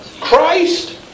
Christ